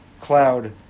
cloud